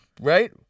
right